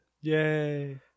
Yay